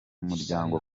muryango